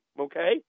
okay